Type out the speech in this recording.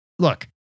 Look